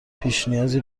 پیشنیازی